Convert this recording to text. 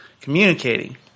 communicating